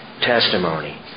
testimony